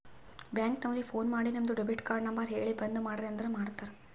bank ನವರಿಗ phone ಮಾಡಿ ನಿಮ್ದು ಡೆಬಿಟ್ ಕಾರ್ಡ್ ನಂಬರ್ ಹೇಳಿ ಬಂದ್ ಮಾಡ್ರಿ ಅಂದುರ್ ಮಾಡ್ತಾರ